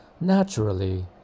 Naturally